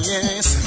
Yes